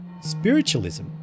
Spiritualism